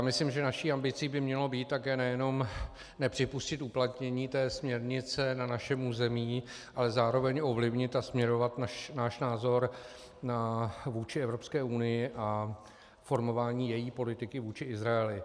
Myslím, že naší ambicí by mělo být také nejenom nepřipustit uplatnění té směrnice na našem území, ale zároveň ovlivnit a směrovat náš názor vůči Evropské unii a formování její politiky vůči Izraeli.